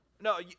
No